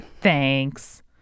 Thanks